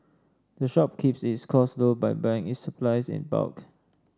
the shop keeps its costs low by buying its supplies in bulk